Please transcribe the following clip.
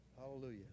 Hallelujah